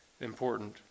Important